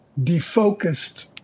defocused